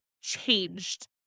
changed